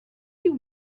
you